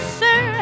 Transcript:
sir